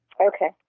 Okay